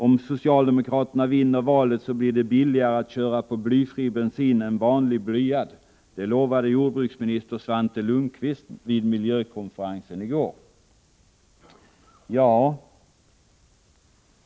Om socialdemokraterna vinner valet, blir det billigare att köra med blyfri bensin än med vanlig blyad. Det lovade jordbruksminister Svante Lundkvist vid miljökonferensen i går.